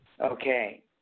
Okay